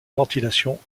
ventilation